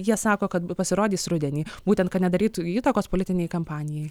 jie sako kad pasirodys rudenį būtent kad nedarytų įtakos politinei kampanijai